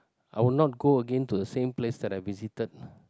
I would not go again to the same place that I visited